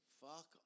Fuck